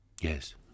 Yes